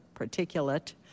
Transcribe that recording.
particulate